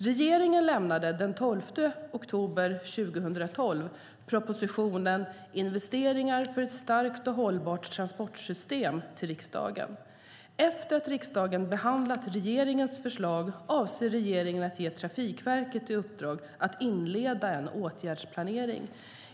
Regeringen lämnade den 12 oktober 2012 propositionen Investeringar för ett starkt och hållbart transportsystem till riksdagen. Efter att riksdagen har behandlat regeringens förslag avser regeringen att ge Trafikverket i uppdrag att inleda en åtgärdsplanering.